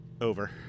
Over